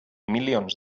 milions